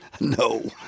No